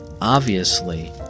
Obviously